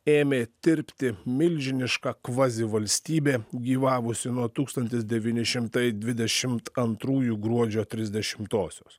ėmė tirpti milžiniška kvazivalstybė gyvavusi nuo tūkstantis devyni šimtai dvidešimt antrųjų gruodžio trisdešimtosios